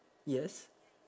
yes